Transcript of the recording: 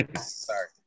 Sorry